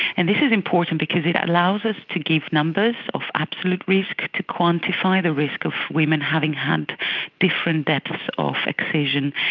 and this is important because it allows us to give numbers of absolute risk, to quantify the risk of women having had different depths of excision,